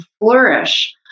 flourish